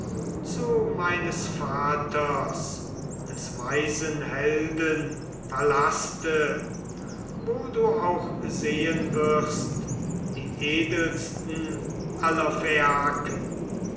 zu meines vaters des weisen helden palaste wo du auch sehen wirst die edelsten aller